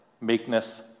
meekness